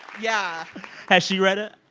yeah has she read it?